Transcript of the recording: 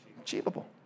Achievable